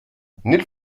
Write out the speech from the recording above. nel